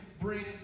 bring